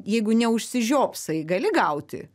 jeigu neužsižiopsai gali gauti